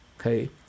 okay